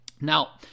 Now